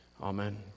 Amen